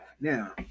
Now